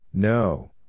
No